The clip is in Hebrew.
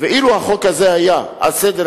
אילו היה החוק הזה על סדר-היום